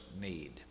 need